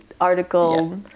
article